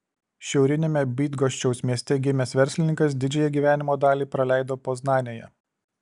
šiauriniame bydgoščiaus mieste gimęs verslininkas didžiąją gyvenimo dalį praleido poznanėje